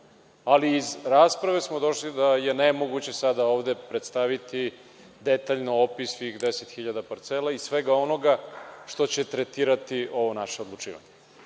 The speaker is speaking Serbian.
ali iz rasprave smo došli da je nemoguće sada ovde predstaviti detaljno opis svih 10.000 parcela i svega onoga što će tretirati ovo naše odlučivanje. Inače,